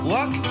Luck